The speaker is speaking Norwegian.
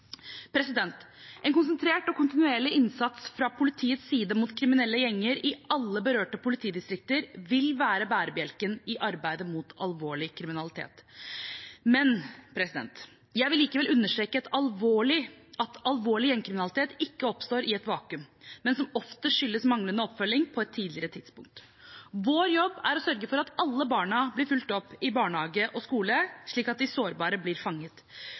En konsentrert og kontinuerlig innsats fra politiets side mot kriminelle gjenger i alle berørte politidistrikter vil være bærebjelken i arbeidet mot alvorlig kriminalitet. Jeg vil likevel understreke at alvorlig gjengkriminalitet ikke oppstår i et vakuum, men skyldes som oftest manglende oppfølging på et tidligere tidspunkt. Vår jobb er å sørge for at alle barna blir fulgt opp i barnehage og skole, slik at de sårbare blir fanget